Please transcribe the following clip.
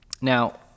Now